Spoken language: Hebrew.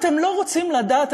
אתם לא רוצים לדעת,